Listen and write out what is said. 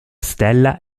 stella